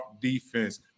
defense